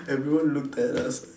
everyone looked at us